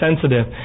sensitive